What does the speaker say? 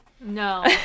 No